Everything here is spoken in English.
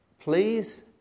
please